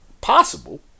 possible